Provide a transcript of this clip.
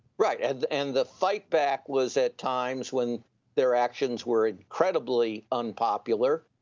right and and the fightback was at times when their actions were incredibly unpopular,